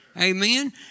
Amen